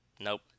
nope